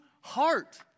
heart